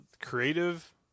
Creative